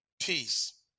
peace